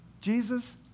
Jesus